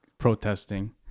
protesting